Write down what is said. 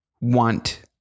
want